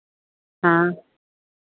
हाँ